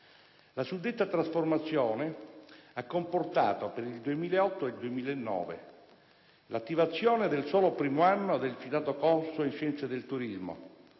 La suddetta trasformazione ha comportato per il 2008-2009 l'attivazione del solo primo anno del citato corso in scienze del turismo,